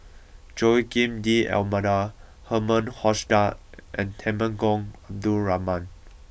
Joaquim D'almeida Herman Hochstadt and Temenggong Abdul Rahman